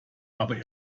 aber